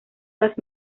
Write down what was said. las